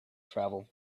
travel